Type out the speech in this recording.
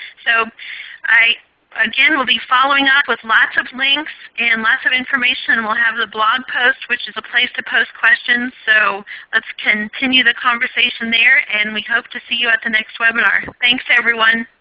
so again, we'll be following up with lots of links and lots of information. we'll have the blog post which is a place to post questions. so let's continue the conversation there. and we hope to see you at the next webinar. thanks everyone.